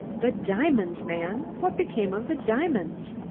the diamonds, man what became of the diamonds?